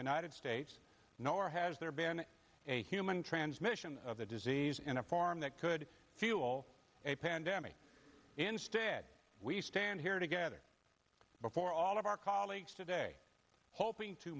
united states nor has there been a human transmission of the disease in a form that could fuel a pandemic instead we stand here together before all of our colleagues today hoping to